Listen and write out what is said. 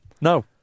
No